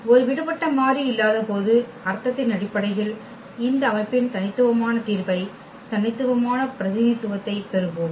ஒரு விடுபட்ட மாறி இல்லாத போது அர்த்தத்தின் அடிப்படையில் இந்த அமைப்பின் தனித்துவமான தீர்வை தனித்துவமான பிரதிநிதித்துவத்தைப் பெறுவோம்